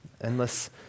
Endless